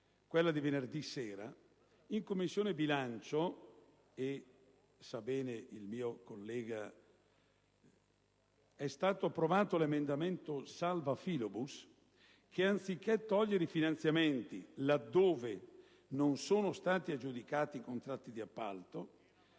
quella di venerdì sera - in Commissione bilancio è stato approvato l'emendamento «salva filobus» che, anziché togliere i finanziamenti là dove non sono stati aggiudicati i contratti di appalto,